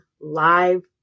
live